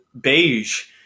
beige